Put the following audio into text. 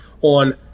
on